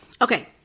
okay